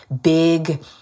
big